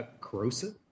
corrosive